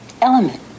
element